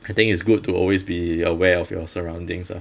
I think it's good to always be aware of your surroundings ah